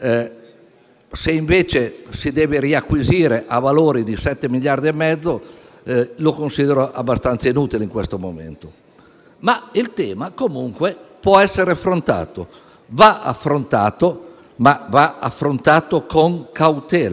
Se invece si deve riacquisire a valori di 7,5 miliardi, lo considero abbastanza inutile in questo momento. Il tema, comunque, può essere affrontato, anzi va affrontato, ma con cautela,